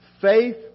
Faith